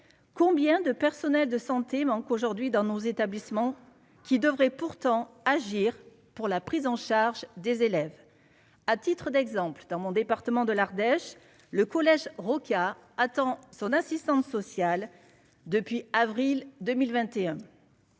combien de personnels de santé manque aujourd'hui dans nos établissements, qui devraient pourtant agir pour la prise en charge des élèves, à titre d'exemple, dans mon département de l'Ardèche, le collège Rokia attend son assistante sociale depuis avril 2021